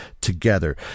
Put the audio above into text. Together